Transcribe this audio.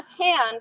hand